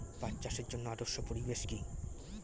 পাট চাষের জন্য আদর্শ পরিবেশ কি?